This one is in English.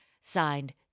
Signed